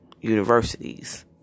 universities